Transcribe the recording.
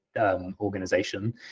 organization